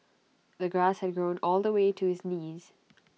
the grass had grown all the way to his knees